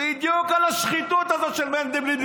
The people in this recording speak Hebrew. בדיוק על השחיתות הזאת של מנדלבליט,